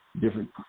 different